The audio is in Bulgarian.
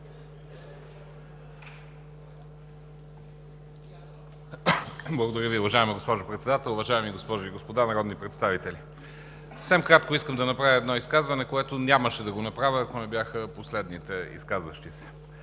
Благодаря Ви, уважаема госпожо Председател. Уважаеми госпожи и господа народни представители, съвсем кратко искам да направя едно изказване, което нямаше да го направя, ако не бяха последните изказващи се.